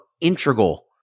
integral